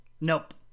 Nope